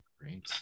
Great